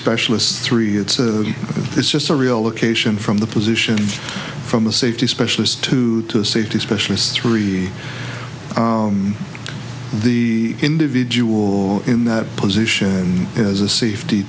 specialist three it's a it's just a relocation from the position from a safety specialist to safety specialist three the individual in that position has a safety